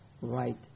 right